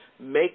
Make